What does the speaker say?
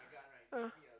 ah